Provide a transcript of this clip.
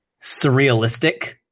surrealistic